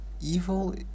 evil